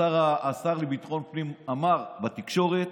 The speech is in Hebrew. השר לביטחון פנים אמר בתקשורת